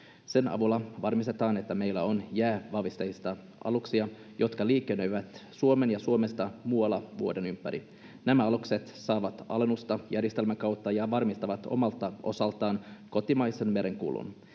Sen avulla varmistetaan, että meillä on jäävahvisteisia aluksia, jotka liikennöivät Suomeen ja Suomesta muualle vuoden ympäri. Nämä alukset saavat alennusta järjestelmän kautta ja varmistavat omalta osaltaan kotimaisen merenkulun.